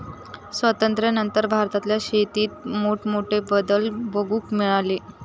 स्वातंत्र्यानंतर भारतातल्या शेतीत मोठमोठे बदल बघूक मिळाले